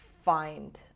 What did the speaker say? find